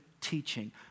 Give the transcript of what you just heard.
teaching